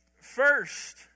first